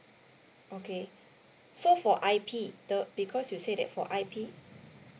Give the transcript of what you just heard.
okay so for I_P the because you said that for I_P